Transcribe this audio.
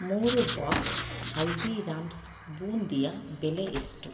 ಮೂರು ಬಾಕ್ಸ್ ಹಲ್ದೀರಾಮ್ಸ್ ಬೂಂದಿಯ ಬೆಲೆ ಎಷ್ಟು